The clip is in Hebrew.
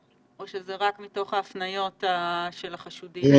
או שזה רק מתוך ההפניות של החשודים?